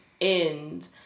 end